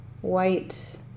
White